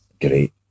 Great